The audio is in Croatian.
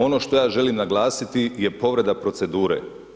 Ono što ja želim naglasiti je povreda procedure.